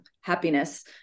happiness